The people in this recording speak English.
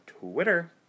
Twitter